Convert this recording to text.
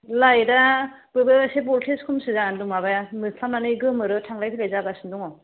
लायेटा बो बो एसे बलटेज खमसो जानानै दं माबाया मोफ्लामनानै गोमोरो थांलाय फैलाय जागासिनो दङ